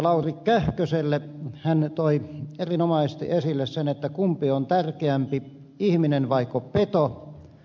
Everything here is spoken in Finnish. lauri kähköselle hän toi erinomaisesti esille sen kumpi on tärkeämpi ihminen vaiko peto